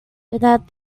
without